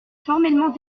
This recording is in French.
formellement